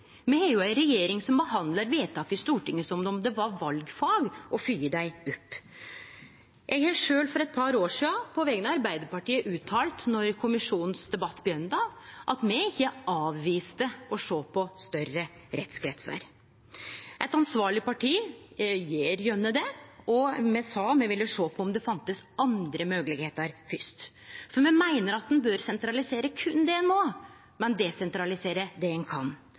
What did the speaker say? Me har ei regjering som behandlar vedtak i Stortinget som om det var valfag å fylgje dei opp. Eg har sjølv for eit par år sidan på vegner av Arbeidarpartiet uttalt, då kommisjonsdebatten begynte, at me ikkje avviste å sjå på større rettskretsar. Eit ansvarleg parti gjer gjerne det, og me sa at me ville sjå på om det fanst andre moglegheiter fyrst, for me meiner at ein bør sentralisere berre det ein må, men desentralisere det ein kan.